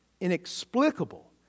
inexplicable